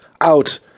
Out